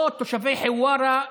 או תושבי חווארה,